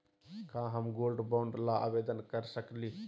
का हम gold bond ल आवेदन कर सकली?